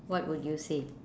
what would you say